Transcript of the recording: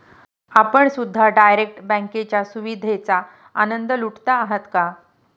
आपण सुद्धा डायरेक्ट बँकेच्या सुविधेचा आनंद लुटत आहात का?